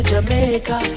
Jamaica